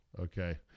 Okay